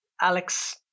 Alex